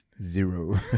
zero